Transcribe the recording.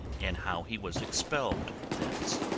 and how he was expelled thence.